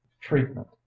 treatment